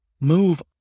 Move